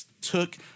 took